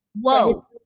Whoa